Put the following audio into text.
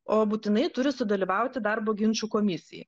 o būtinai turi sudalyvauti darbo ginčų komisijai